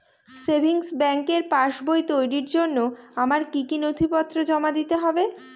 Savings ব্যাংকের পাসবই তৈরির জন্য আমার কি কি নথিপত্র জমা দিতে হবে?